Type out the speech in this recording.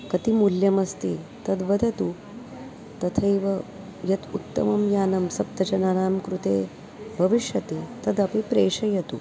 कति मूल्यमस्ति तद् वदतु तथैव यत् उत्तमं यानं सप्तजनानां कृते भविष्यति तदपि प्रेषयतु